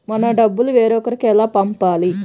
మన డబ్బులు వేరొకరికి ఎలా పంపాలి?